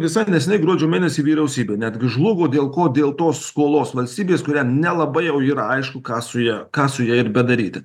visai neseniai gruodžio mėnesį vyriausybė netgi žlugo dėl ko dėl tos skolos valstybės kurią nelabai jau yra aišku ką su ja ką su ja ir bedaryti